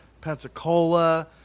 Pensacola